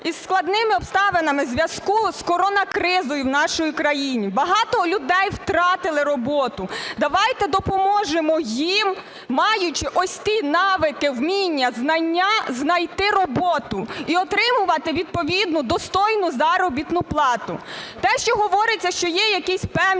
із складними обставинами в зв'язку з коронакризою в нашій країні, багато людей втратили роботу. Давайте допоможемо їм, маючи ось ті навики, вміння, знання, знайти роботу і отримувати відповідну достойну заробітну плату. Те, що говориться, що є якісь певні